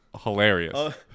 hilarious